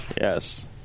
Yes